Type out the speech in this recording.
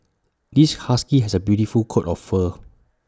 this husky has A beautiful coat of fur